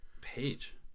Page